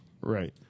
Right